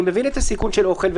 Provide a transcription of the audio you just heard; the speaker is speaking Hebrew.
אני מבין את הסיכון של אוכל,